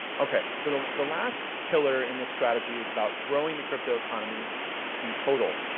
okay, so the last pillar in this strategy is about growing the cryptoeconomy in total.